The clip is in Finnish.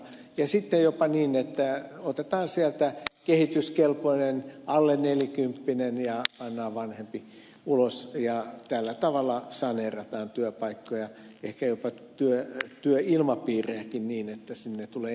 ja sitten on jopa niin että otetaan sieltä kehityskelpoinen alle nelikymppinen ja pannaan vanhempi ulos ja tällä tavalla saneerataan työpaikkoja ehkä jopa työilmapiirejäkin niin että sinne tulee enemmän joustoa